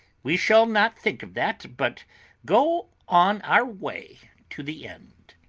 we shall not think of that, but go on our way to the end.